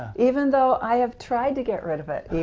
even though i have tried to get rid of it